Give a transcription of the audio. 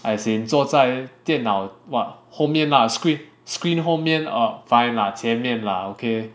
as in 坐在电脑 what 后面 lah what screen screen 后面 uh fine lah 前面 lah okay